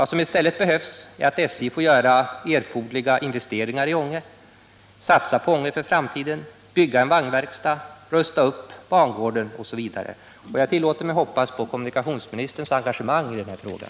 Vad som i stället behövs är att SJ får satsa på Ånge för framtiden, göra erforderliga investeringar, bygga en vagnverkstad, rusta upp bangården osv. Och jag tillåter mig hoppas på kommunikationsministerns engagemang i den här frågan.